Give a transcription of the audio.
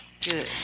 Good